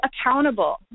accountable